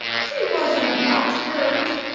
she wasn't much hurt,